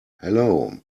hello